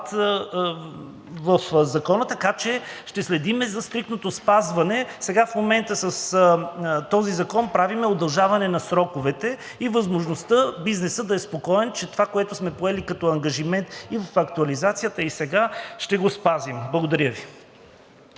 в Закона, така че ще следим за стриктното спазване. В момента с този закон правим удължаване на сроковете и възможността бизнесът да е спокоен, че това, което сме поели като ангажимент и в актуализацията, и сега, ще го спазим. Благодаря Ви.